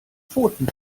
pfoten